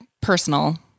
personal